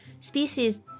species